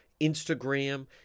instagram